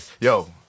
Yo